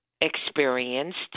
experienced